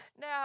Now